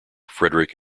friedrich